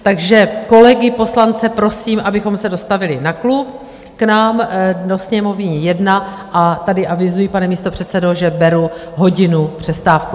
Takže kolegy poslance prosím, abychom se dostavili na klub k nám do Sněmovní 1, a tady avizuji, pane místopředsedo, že beru hodinu přestávku.